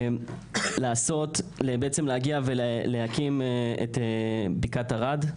להגיע ולהקים את בקעת ארד,